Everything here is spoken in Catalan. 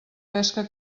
pesca